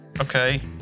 Okay